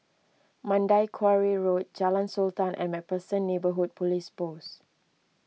Mandai Quarry Road Jalan Sultan and MacPherson Neighbourhood Police Post